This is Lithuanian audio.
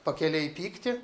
pakelėj pyktį